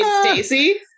Stacey